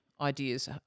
ideas